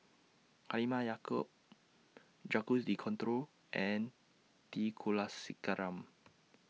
Halimah Yacob Jacques De Coutre and T Kulasekaram